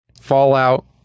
Fallout